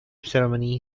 ceremony